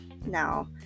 now